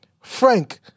Frank